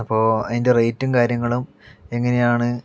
അപ്പോൾ അതിൻ്റെ റേയ്റ്റും കാര്യങ്ങളും എങ്ങനെയാണ്